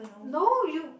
no you